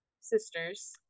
sisters